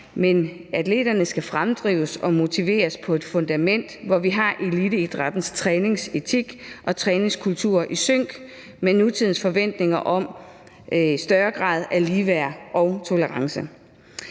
men atleterne skal fremdrives og motiveres på et fundament, hvor vi har eliteidrættens træningsetik og træningskultur i sync med nutidens forventninger om større grad af ligeværd og tolerance.